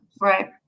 Right